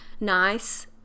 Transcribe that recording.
nice